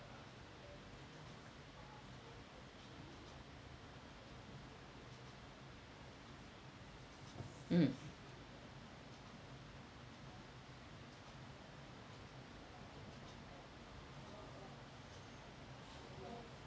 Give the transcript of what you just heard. mm